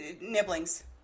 nibblings